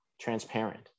transparent